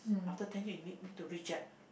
after ten year you need to rejab